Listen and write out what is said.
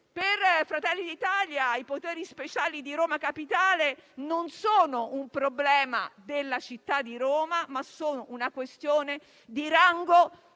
Per Fratelli d'Italia i poteri speciali di Roma Capitale non sono un problema della città di Roma, ma una questione di rango